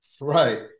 Right